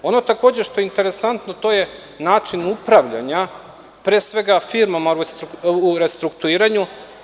Ono što je takođe interesantno, to je način upravljanja, pre svega firmama u restrukturiranju.